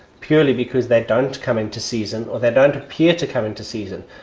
purely because they don't come into season or they don't appear to come into season.